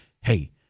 hey